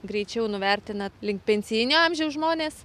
greičiau nuvertina link pensijinio amžiaus žmones